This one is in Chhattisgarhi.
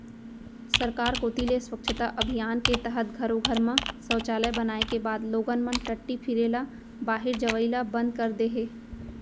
सरकार कोती ले स्वच्छता अभियान के तहत घरो घर म सौचालय बनाए के बाद लोगन मन टट्टी फिरे ल बाहिर जवई ल बंद कर दे हें